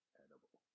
edible